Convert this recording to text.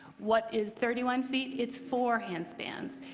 what is thirty one feet? it's four hand stands.